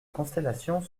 constellations